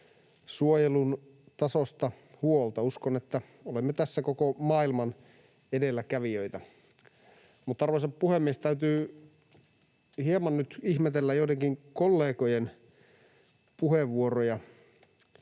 tasosta huolta. Uskon, että olemme tässä koko maailman edelläkävijöitä. Mutta, arvoisa puhemies, täytyy hieman nyt ihmetellä joidenkin kollegojen puheenvuoroja.